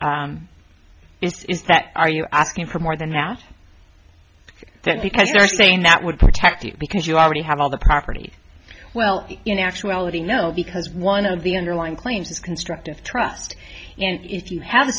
is is that are you asking for more than half of that because they're saying that would protect you because you already have all the property well in actuality no because one of the underlying claims is constructive trust and if you ha